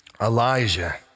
Elijah